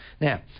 Now